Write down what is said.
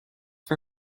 for